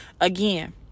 Again